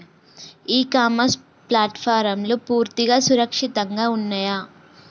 ఇ commerce ప్లాట్ఫారమ్లు పూర్తిగా సురక్షితంగా ఉన్నయా?